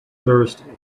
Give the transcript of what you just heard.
thirsty